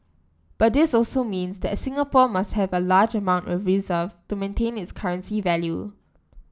but this also means that Singapore must have a large amount of reserves to maintain its currency value